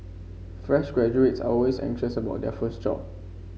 fresh graduates are always anxious about their first job